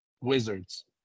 Wizards